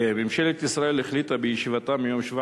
ממשלת ישראל החליטה בישיבתה ביום 17